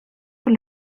por